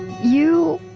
you,